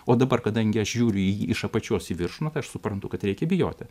o dabar kadangi aš žiūriu į jį iš apačios į viršų nu tai aš suprantu kad reikia bijoti